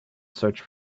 search